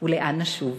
ולאן נשוב.